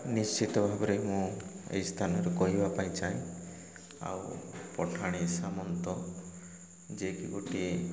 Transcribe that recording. ନିଶ୍ଚିତ ଭାବରେ ମୁଁ ଏହି ସ୍ଥାନରେ କହିବା ପାଇଁ ଚାହେଁ ଆଉ ପଠାଣି ସାମନ୍ତ ଯିଏକି ଗୋଟିଏ